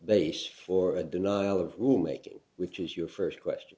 based for a denial of whom a king which is your first question